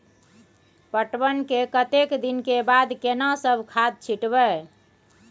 पटवन के कतेक दिन के बाद केना सब खाद छिटबै?